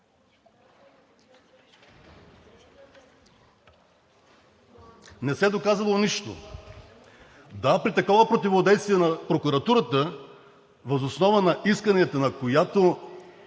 Не се е доказало нищо. Да, при такова противодействие на прокуратурата, въз основата на исканията, на която